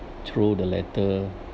throw the letter